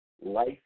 life